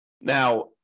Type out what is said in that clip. Now